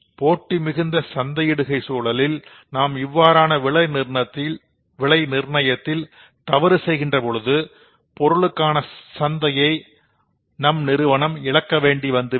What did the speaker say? போட்டி மிகுந்த சந்தையிடுகை சூழலில் நாம் இவ்வாறான விலை நிர்ணயத்தில் தவறு செய்கின்ற பொழுது பொருளுக்கான சந்தையை அந்த நிறுவனம் இழக்க வேண்டி வந்துவிடும்